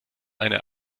eine